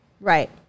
right